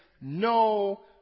no